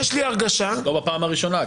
יש לי הרגשה -- אגב, לא בפעם הראשונה.